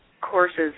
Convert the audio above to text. courses